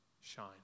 shine